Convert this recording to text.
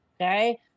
Okay